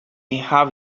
have